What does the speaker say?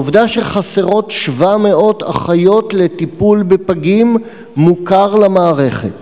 העובדה שחסרות 700 אחיות לטיפול בפגים מוכרת למערכת.